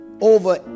over